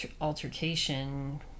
altercation